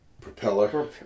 Propeller